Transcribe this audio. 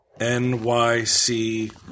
NYC